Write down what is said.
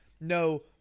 no